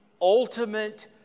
ultimate